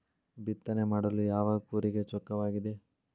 ಬಿತ್ತನೆ ಮಾಡಲು ಯಾವ ಕೂರಿಗೆ ಚೊಕ್ಕವಾಗಿದೆ?